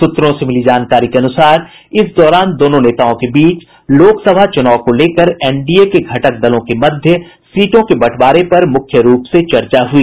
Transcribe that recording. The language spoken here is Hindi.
सूत्रों से मिली जानकारी के अनुसार इस दौरान दोनों नेताओं के बीच लोकसभा चुनाव को लेकर एनडीए के घटक दलों के मध्य सीटों के बंटवारे को लेकर मुख्य रूप से चर्चा हुई